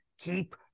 keep